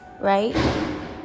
right